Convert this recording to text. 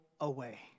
away